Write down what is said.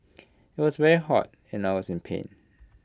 IT was very hot and I was in pain